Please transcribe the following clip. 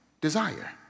desire